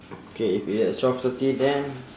okay if it's at twelve thirty then